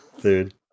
dude